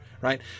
right